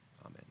amen